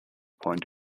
point